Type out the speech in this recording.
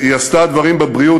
היא עשתה דברים בבריאות.